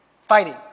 Fighting